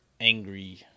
angry